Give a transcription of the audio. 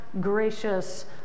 gracious